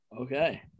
Okay